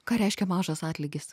ką reiškia mažas atlygis